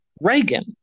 reagan